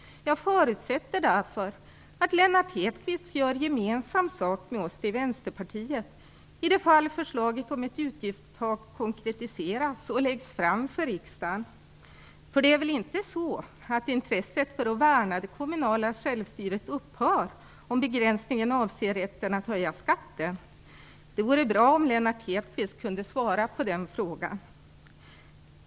Jag förutsätter därför att Lennart Hedquist gör gemensam sak med oss i Vänsterpartiet i det fall förslaget om ett utgiftstak konkretiseras och läggs fram för riksdagen. För det är väl inte så att intresset för att värna det kommunala självstyret upphör om begränsningen avser rätten att höja skatten? Det vore bra om Lennart Hedquist kunde svara på den frågan.